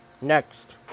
Next